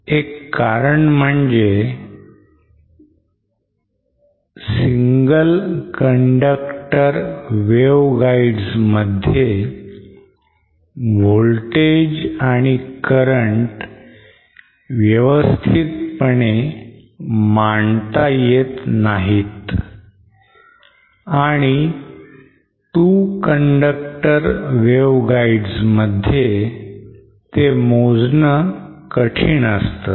एक कारण म्हणजे single conductor waveguides मध्ये voltage आणि current व्यवस्थितपणे मांडता येत नाही आणि two conductor wave guides मध्ये ते मोजणं कठीण असत